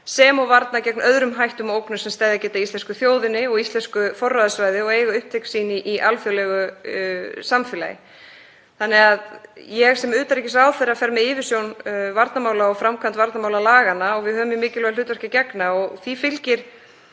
sem og varna gegn öðrum hættum og ógnum sem steðja að íslensku þjóðinni og íslensku forráðasvæði og eiga upptök sín í alþjóðlegu samfélagi. Ég sem utanríkisráðherra fer með yfirstjórn varnarmála og framkvæmd varnarmálalaganna. Við höfum mjög mikilvægu hlutverki að gegna og því fylgir